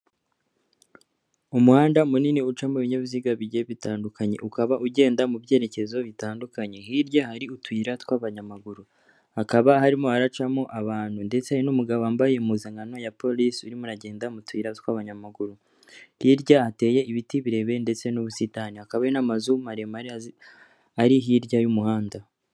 Umuhanda munini ucamo ibinyabiziga bigiye bitandukanye ukaba ugenda mu byerekezo bitandukanye, hirya hari utuyira tw'abanyamaguru hakaba harimo haracamo abantu ndetse n'umugabo wambaye impuzankano ya polise urimo aragenda mu tuyira tw'abanyamaguru, hirya hateye ibiti birebire ndetse n'ubusitani akabaari n'amazu maremare ari hirya y'umuhanda.